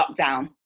lockdown